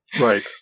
Right